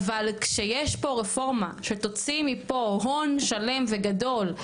אבל כשיש פה רפורמה שתוציא מפה הון שלם וגדול,